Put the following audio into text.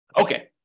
Okay